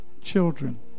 children